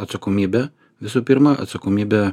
atsakomybę visų pirma atsakomybę